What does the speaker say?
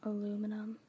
Aluminum